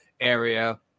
area